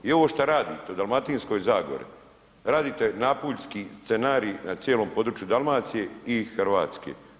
I ovo šta radite u Dalmatinskoj zagori, radite napuljski scenarij na cijelom području Dalmacije i Hrvatske.